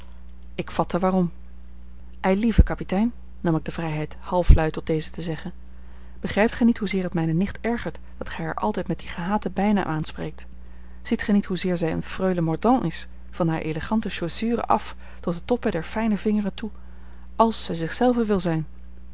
ik vatte waarom eilieve kapitein nam ik de vrijheid halfluid tot dezen te zeggen begrijpt gij niet hoezeer het mijne nicht ergert dat gij haar altijd met dien gehaten bijnaam aanspreekt ziet gij niet hoezeer zij eene freule mordaunt is van hare elegante chaussure af tot de toppen der fijne vingeren toe als zij zich zelve wil zijn